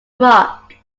rock